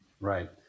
Right